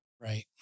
Right